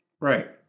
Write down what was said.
Right